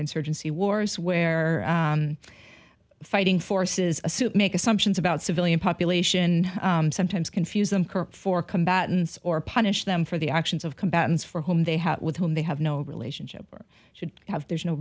insurgency wars where fighting forces assume make assumptions about civilian population sometimes confuse them kerk for combatants or punish them for the actions of combatants for whom they have with whom they have no relationship or should have there's no